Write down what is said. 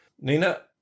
Nina